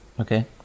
Okay